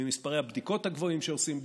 ממספרי הבדיקות הגבוהים שעושים בישראל.